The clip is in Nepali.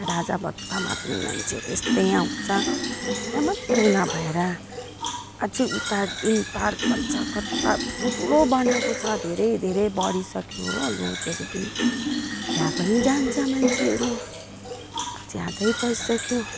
राजाभात खावामा पनि मान्छे त्यस्तै आउँछ त्यहाँ मात्र नभएर अझ उता इनपार्क भन्छ कता ठुल्ठुलो बनाएको छ धेरै धेरै बढिसक्यो हो लजहरू पनि त्यहाँ पनि जान्छ मान्छेहरू ज्यादै भइसक्यो